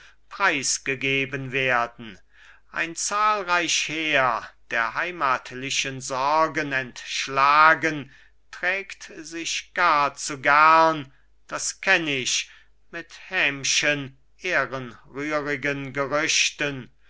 preisgegeben werden ein zahlreich heer der heimathlichen sorgen entschlagen trägt sich gar zu gern das kenn ich mit häm'schen ehrenrührigen gerüchten